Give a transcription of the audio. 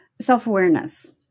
Self-awareness